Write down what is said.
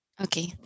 Okay